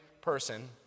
person